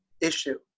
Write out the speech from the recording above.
issue